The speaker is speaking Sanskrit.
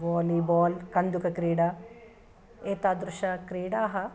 वोलिबाल् कन्दुकक्रीडा एतादृशक्रीडाः